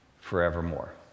forevermore